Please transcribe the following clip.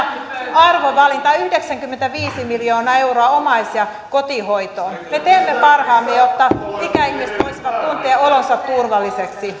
arvovalinta yhdeksänkymmentäviisi miljoonaa euroa omais ja kotihoitoon me teemme parhaamme jotta ikäihmiset voisivat tuntea olonsa turvalliseksi